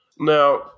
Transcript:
Now